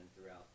throughout